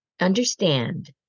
Understand